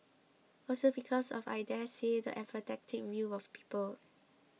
also because of I daresay the apathetic view of people